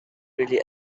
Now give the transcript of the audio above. really